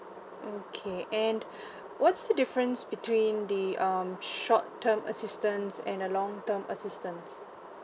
okay and what's the difference between the um short term assistance and a long term assistance